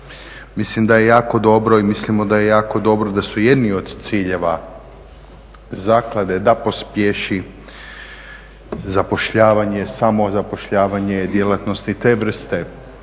Mislim da je jako dobro i mislimo da je jako dobro da su jedni od ciljeva zaklade da pospješi zapošljavanje samozapošljavanje djelatnosti te vrste.